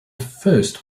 first